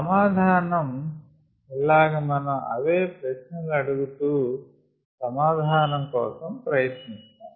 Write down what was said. సమాధానం ఇలాగ మనం అవే ప్రశ్నలు అడుగుతూ సమాధానం కోసం ప్రయత్నిస్తాము